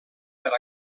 per